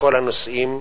בכל הנושאים.